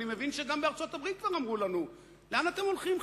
אני מבין שגם בארצות-הברית כבר אמרו לנו: לאן אתם הולכים,